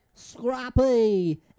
Scrappy